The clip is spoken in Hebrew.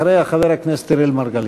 אחריה, חבר הכנסת אראל מרגלית.